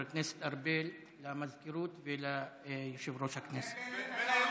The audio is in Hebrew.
הכנסת ארבל למזכירות וליושב-ראש הכנסת.